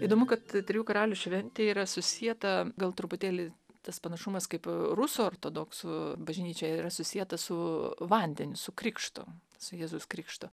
įdomu kad trijų karalių šventė yra susieta gal truputėlį tas panašumas kaip rusų ortodoksų bažnyčioje yra susieta su vandeniu su krikštu su jėzaus krikštu